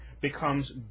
becomes